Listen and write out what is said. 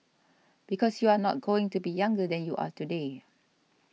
because you are not going to be younger than you are today